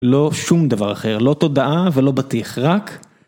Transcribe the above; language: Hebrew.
לא שום דבר אחר, לא תודעה ולא בטיח, רק.